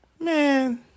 Man